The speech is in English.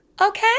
okay